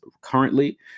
currently